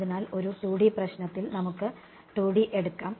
അതിനാൽ ഒരു 2 D പ്രശ്നത്തിൽ നമുക്ക് 2 D എടുക്കാം